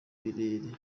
birere